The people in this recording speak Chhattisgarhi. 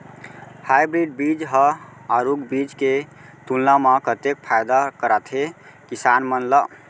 हाइब्रिड बीज हा आरूग बीज के तुलना मा कतेक फायदा कराथे किसान मन ला?